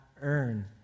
earn